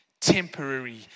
temporary